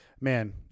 Man